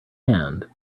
hand